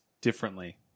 differently